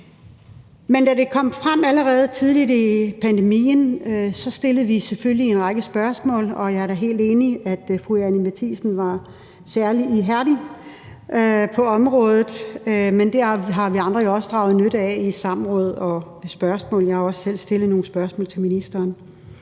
Men da det kom frem allerede tidligt i pandemien, stillede vi selvfølgelig en række spørgsmål, og jeg er da helt enig i, at fru Anni Matthiesen var særlig ihærdig på området, men det har vi andre jo også draget nytte af i samråd og ved spørgsmål, og jeg har også selv stillet nogle spørgsmål til ministeren.